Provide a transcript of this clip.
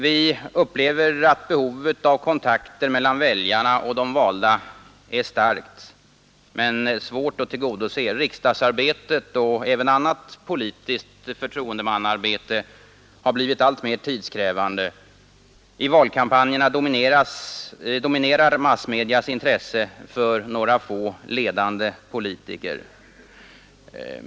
Vi upplever svaghet vä att behovet av kontakter mellan väljarna och de valda är starkt, men svårt att tillgodose. Riksdagsarbetet och även annat politiskt förtroendemannaarbete har blivit alltmer tidskrävande, i valkampanjerna dominerar massmedias intresse för några få ledande politiker.